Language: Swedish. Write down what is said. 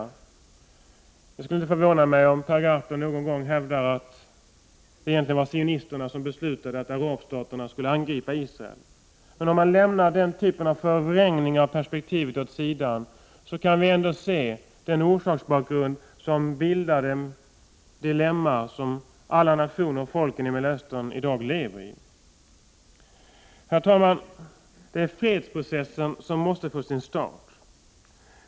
Det skulle inte förvåna mig om Per Gahrton någon gång skulle hävda att det egentligen var sionisterna som beslutade att arabstaterna skulle angripa Israel. Men om man lämnar den typen av förvrängningar av perspektivet åt sidan kan vi ändå se den orsaksbakgrund som bildar det dilemma som alla nationer och folk i Mellanöstern i dag lever i. Herr talman! Fredsprocessen måste få sin start.